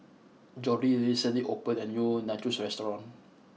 Jordy recently opened a new Nachos restaurant